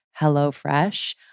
HelloFresh